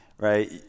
Right